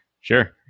Sure